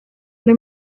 ble